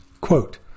Quote